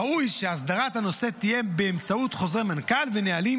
ראוי שהסדרת הנושא תהיה באמצעות חוזר מנכ"ל ונהלים